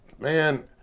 Man